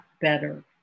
better